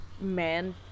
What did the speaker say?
man